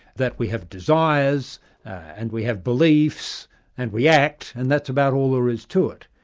that we have desires and we have beliefs and we act, and that's about all there is to it.